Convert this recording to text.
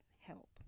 help